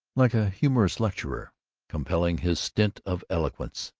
like a humorous lecturer completing his stint of eloquence,